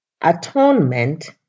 Atonement